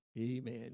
Amen